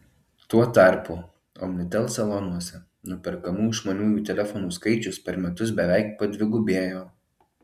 tuo tarpu omnitel salonuose nuperkamų išmaniųjų telefonų skaičius per metus beveik padvigubėjo